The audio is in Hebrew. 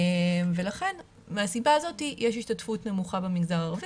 לכן מהסיבה הזאת יש השתתפות נמוכה במגזר הערבי.